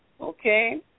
Okay